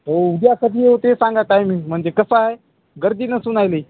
हो उद्यासाठी होते सांगा टायमिंग म्हणजे कसंय गर्दी नसून राहिली